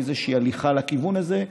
עם איזושהי הליכה לכיוון הזה,